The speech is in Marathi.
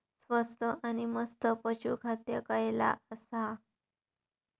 स्वस्त आणि मस्त पशू खाद्य खयला आसा?